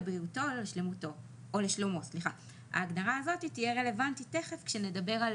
לבריאותו או לשלומו"; ההגדרה הזאת תהיה רלוונטית תיכף כשנדבר על